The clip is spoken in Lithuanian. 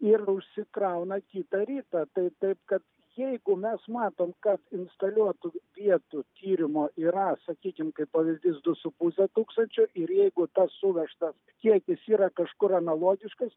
ir užsikrauna kitą rytą tai taip kad jeigu mes matom kad instaliuotų vietų tyrimo yra sakykim kaip pavyzdys du su puse tūkstančio ir jeigu tas suvežtas kiekis yra kažkur analogiškas